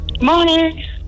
Morning